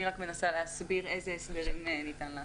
אני רק מנסה להסביר איזה הסדרים ניתן לעשות.